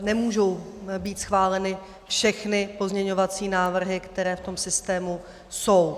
Nemůžou být schváleny všechny pozměňovací návrhy, které v tom systému jsou.